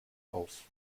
auf